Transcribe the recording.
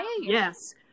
Yes